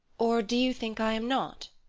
or do you think i am not?